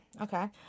Okay